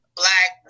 black